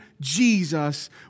Jesus